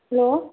hello